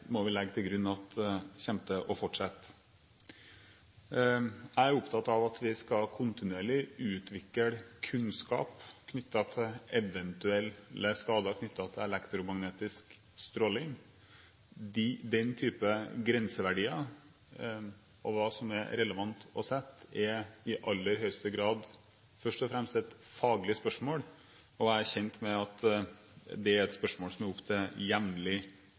må vi legge til grunn at kommer til å fortsette. Jeg er opptatt av at vi kontinuerlig skal utvikle kunnskap når det gjelder eventuelle skader knyttet til elektromagnetisk stråling. Den typen grenseverdier og hva som er relevant å sette, er i aller høyeste grad først og fremst et faglig spørsmål. Jeg er kjent med at det er et spørsmål som er oppe til jevnlig